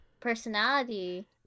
personality